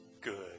good